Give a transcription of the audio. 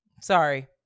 sorry